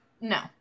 No